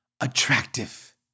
attractive